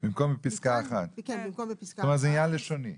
זה עניין לשוני.